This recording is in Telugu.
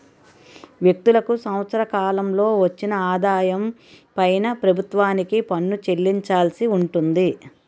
వ్యక్తులకు సంవత్సర కాలంలో వచ్చిన ఆదాయం పైన ప్రభుత్వానికి పన్ను చెల్లించాల్సి ఉంటుంది